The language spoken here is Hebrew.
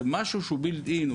זה משהו שהוא build in,